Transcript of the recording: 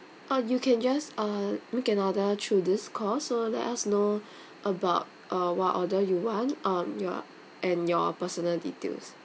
oh you can just uh make an order through this call so let us know about uh what order you want um your and your personal details